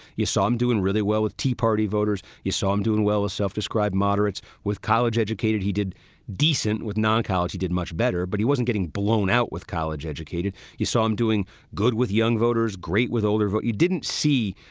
you saw him doing really well with tea party voters. you saw him doing well as self-described moderates with college educated. he did decent with non-college. he did much better, but he wasn't getting blown out with college educated. you saw him doing good with young voters, great with older vote. you didn't see,